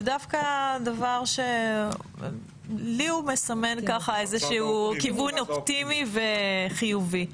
זה דווקא דבר שלי הוא מסמן ככה איזה שהוא כיוון אופטימי וחיובי.